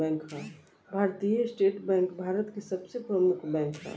भारतीय state bank भारत के सबसे प्रमुख बैंक ह